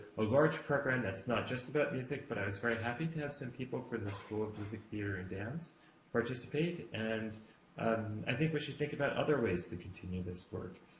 a large program that's not just about music, but i was very happy to have some people from the school of music, theater, and dance participate and i think we should think about other ways to continue this work.